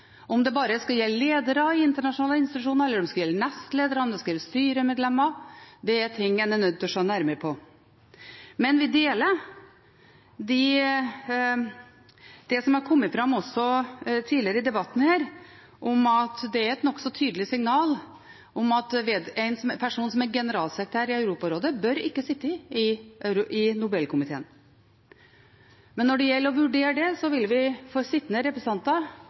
Om det bare skal gjelde ledere i internasjonale institusjoner, om det skal gjelde nestledere, eller om det skal gjelde styremedlemmer, er noe en er nødt til å se nærmere på. Men vi deler det som har kommet fram tidligere i debatten, at det er et nokså tydelig signal om at en person som er generalsekretær i Europarådet, ikke bør sitte i Nobelkomiteen. Når det gjelder å vurdere det, vil vi overlate til sittende representanter